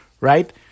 right